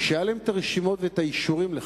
שהיו להם הרשימות והאישורים לכך.